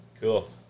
cool